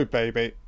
baby